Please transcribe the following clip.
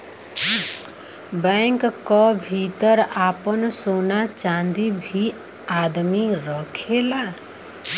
bank क भितर आपन सोना चांदी भी आदमी रखेला